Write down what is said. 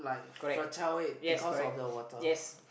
correct yes correct yes